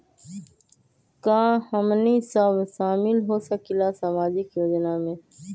का हमनी साब शामिल होसकीला सामाजिक योजना मे?